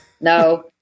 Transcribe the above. no